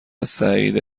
سعیده